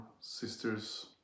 Sisters